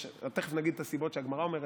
תכף נגיד את הסיבות שהגמרא אומרת,